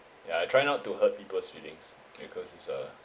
ya I try not to hurt people's feelings because it's uh